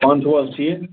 پانہٕ چھِوٕ حظ ٹھیٖک